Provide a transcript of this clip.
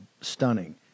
stunning